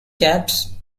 caps